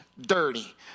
dirty